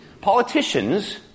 Politicians